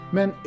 Men